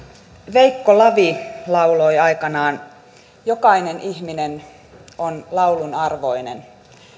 veikko lavi lauloi aikanaan jokainen ihminen on laulun arvoinen